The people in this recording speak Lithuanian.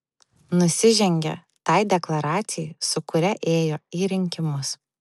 nusižengia tai deklaracijai su kuria ėjo į rinkimus